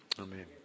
Amen